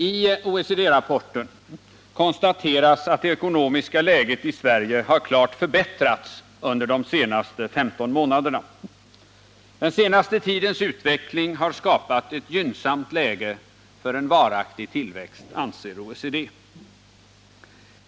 I OECD-rapporten konstateras att det ekonomiska läget i Sverige har klart förbättrats under de senaste 15 månaderna. Den senaste tidens utveckling har skapat ett gynnsamt läge för en varaktig tillväxt, anser OECD.